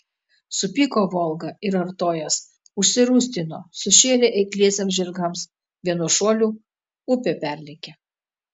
supyko volga ir artojas užsirūstino sušėrė eikliesiems žirgams vienu šuoliu upę perlėkė